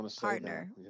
partner